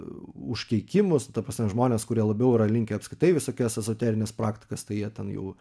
užkeikimus ta prasme žmonės kurie labiau yra linkę apskritai į visokias ezoterines praktikas tai jie ten jau